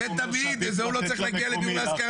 לזה הוא לא צריך להגיע לדיור להשכרה